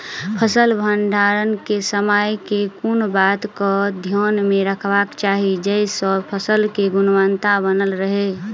फसल भण्डारण केँ समय केँ कुन बात कऽ ध्यान मे रखबाक चाहि जयसँ फसल केँ गुणवता बनल रहै?